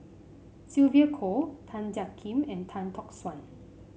Sylvia Kho Tan Jiak Kim and Tan Tock San